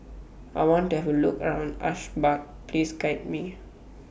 I want to Have A Look around Ashgabat Please Guide Me